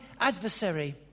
adversary